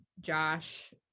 Josh